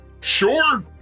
sure